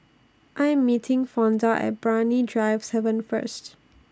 I Am meeting Fonda At Brani Drive seven First